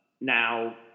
Now